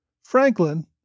Franklin